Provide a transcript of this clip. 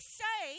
say